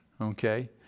okay